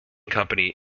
company